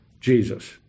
Jesus